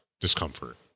discomfort